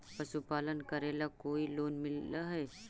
पशुपालन करेला कोई लोन मिल हइ?